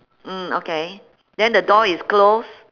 mm okay then the door is close